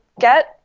get